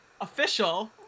official